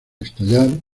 estallar